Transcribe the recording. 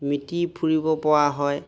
মিতিৰ ফুৰিব পৰা হয়